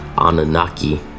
Anunnaki